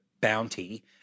bounty